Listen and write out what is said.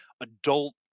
adult